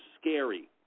scary